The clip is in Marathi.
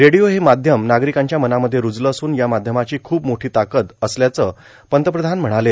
रेडिओ हे माध्यम नार्गारकांच्या मनामध्ये रूजलं असून या माध्यमाची खूप मोठी ताकद असल्याचं पंतप्रधान म्हणाले